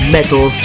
Metal